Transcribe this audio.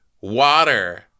Water